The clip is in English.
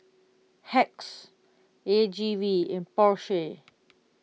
Hacks A G V and Porsche